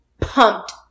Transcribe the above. pumped